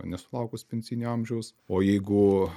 nesulaukus pensinio amžiaus o jeigu